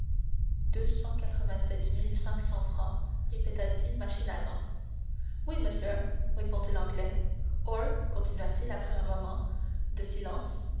quatre-vingt-sept mille cinq cents francs répéta-t-il machinalement oui monsieur répondit l'anglais or continua-t-il après un moment de silence